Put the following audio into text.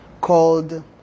called